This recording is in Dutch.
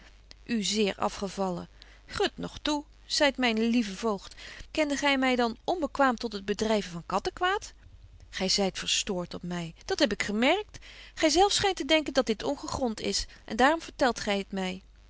zeer af gevallen grut nog toe zeit myn lieve voogd kende gy my dan onbekwaam tot het betje wolff en aagje deken historie van mejuffrouw sara burgerhart bedryven van kattekwaad gy zyt verstoort op my dat heb ik gemerkt gy zelf schynt te denken dat dit ongegront is en daarom vertelt gy t my